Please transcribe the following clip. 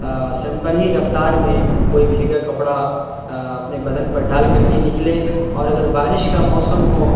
sample ہی رفتار میں کوئی بھیگا کپڑا اپنے بدن پر ڈال کر کے نکلیں اور اگر بارش کا موسم ہو